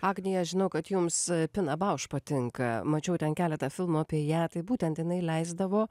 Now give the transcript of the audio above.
agnija aš žinau kad jums pina bauš patinka mačiau ten keletą filmų apie ją tai būtent jinai leisdavo